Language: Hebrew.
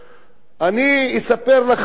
אני אספר לך עוד יותר,